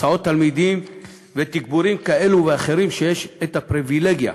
הסעות תלמידים ותגבורים כאלה ואחרים שיש הפריבילגיה,